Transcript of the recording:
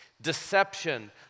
deception